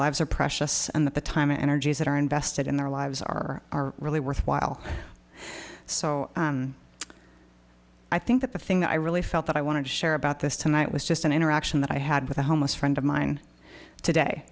lives are precious and that the time and energies that are invested in their lives are really worthwhile so i think that the thing that i really felt that i want to share about this tonight was just an interaction that i had with a homeless friend of mine today